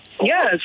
yes